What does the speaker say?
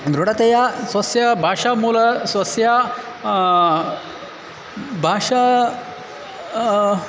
दृढतया स्वस्य भाषामूलं स्वस्य भाषा